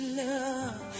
love